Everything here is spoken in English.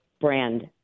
brand